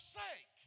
sake